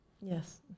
Yes